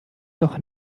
doch